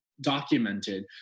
documented